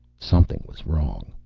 something was wrong.